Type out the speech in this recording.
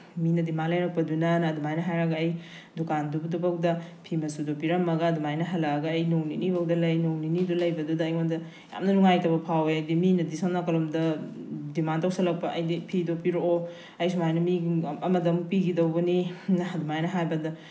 ꯃꯤꯅ ꯗꯤꯃꯥꯟ ꯂꯩꯔꯛꯄꯗꯨꯅꯅ ꯑꯗꯨꯃꯥꯏꯅ ꯍꯥꯏꯔꯒ ꯑꯩ ꯗꯨꯀꯥꯟꯗꯨꯐꯥꯎꯗ ꯐꯤ ꯃꯆꯨꯗꯨ ꯄꯤꯔꯝꯃꯒ ꯑꯗꯨꯃꯥꯏꯅ ꯍꯜꯂꯛꯑꯒ ꯑꯩ ꯅꯣꯡ ꯅꯤꯅꯤꯐꯥꯎꯗ ꯂꯩ ꯅꯣꯡꯅꯤꯅꯤꯗꯨ ꯂꯩꯕꯗꯨꯗ ꯑꯩꯉꯣꯟꯗ ꯌꯥꯝꯅ ꯅꯨꯡꯉꯥꯏꯇꯕ ꯐꯥꯎꯑꯦ ꯍꯥꯏꯗꯤ ꯃꯤꯅꯗꯤ ꯁꯣꯝ ꯅꯥꯀꯟ ꯂꯣꯝꯗ ꯗꯤꯃꯥꯟ ꯇꯧꯁꯤꯜꯂꯛꯄ ꯍꯥꯏꯗꯤ ꯐꯤꯗꯣ ꯄꯤꯔꯛꯑꯣ ꯑꯩ ꯁꯨꯃꯥꯏꯅ ꯃꯤ ꯑꯃꯗ ꯑꯃꯨꯛ ꯄꯤꯈꯤꯗꯧꯕꯅꯤꯅ ꯑꯗꯨꯃꯥꯏꯅ ꯍꯥꯏꯕꯗ